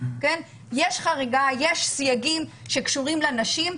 עדיין יש סייגים שקשורים בנשים,